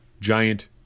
Giant